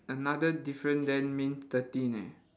another difference then mean thirteen eh